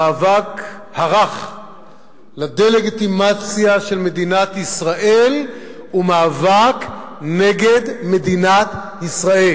המאבק הרך לדה-לגיטימציה של מדינת ישראל הוא מאבק נגד מדינת ישראל.